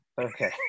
Okay